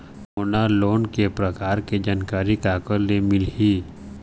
मोला लोन के प्रकार के जानकारी काकर ले मिल ही?